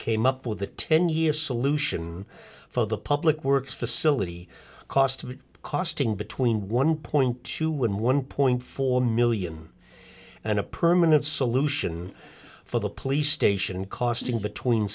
came up with a ten year solution for the public works facility cost of it costing between one point two would one point four million and a permanent solution for the police station costing between